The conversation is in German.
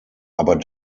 aber